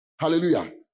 hallelujah